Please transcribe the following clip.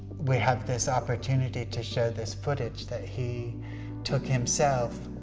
we have this opportunity to show this footage that he took himself,